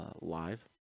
Live